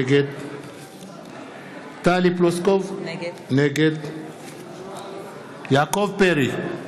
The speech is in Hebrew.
נגד טלי פלוסקוב, נגד יעקב פרי,